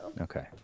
Okay